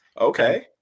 okay